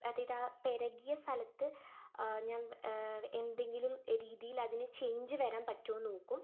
അതേതാ പെരകിയ സ്ഥലത്ത് ഞാൻ എന്തെങ്കിലും രീതിയിൽ അതിനെ ചേഞ്ച് വരാൻ പറ്റുവോ നോക്കും